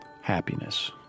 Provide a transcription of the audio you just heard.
happiness